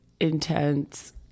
intense